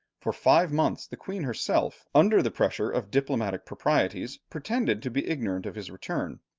for five months the queen herself, under the pressure of diplomatic proprieties, pretended to be ignorant of his return.